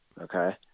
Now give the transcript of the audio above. okay